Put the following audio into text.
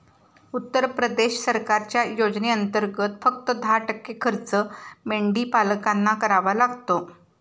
उत्तर प्रदेश सरकारच्या योजनेंतर्गत, फक्त दहा टक्के खर्च मेंढीपालकांना करावा लागतो